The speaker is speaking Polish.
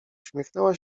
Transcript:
uśmiechnęła